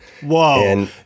Whoa